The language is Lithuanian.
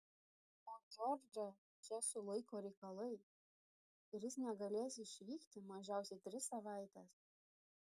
o džordžą čia sulaiko reikalai ir jis negalės išvykti mažiausiai tris savaites